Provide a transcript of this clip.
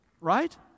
Right